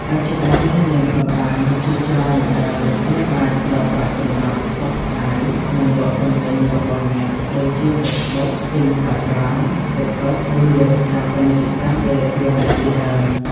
បច្ចុប្បន្ន មានបណ្តាញជាច្រើនដែលអ្នកអាចប្រើប្រាស់សម្រាប់ផ្សព្វផ្សាយ និងលក់ទំនិញរបស់អ្នកដូចជា ហ្វេសប៊ុក, អ៊ីនស្តាក្រាម, ទីកតុក ឬវេទិកាពាណិជ្ជកម្មអេឡិចត្រូនិចជាដើម។